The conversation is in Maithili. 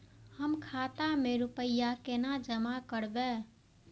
हम खाता में रूपया केना जमा करबे?